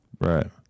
Right